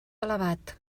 elevat